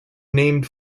named